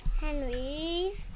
Henry's